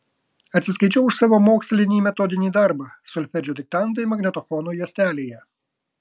atsiskaičiau už savo mokslinį metodinį darbą solfedžio diktantai magnetofono juostelėje